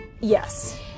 yes